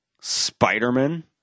Spider-Man